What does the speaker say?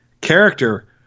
character